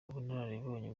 ubunararibonye